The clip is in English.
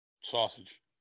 Sausage